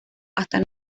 hasta